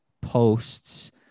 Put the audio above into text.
posts